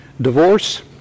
Divorce